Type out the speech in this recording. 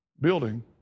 building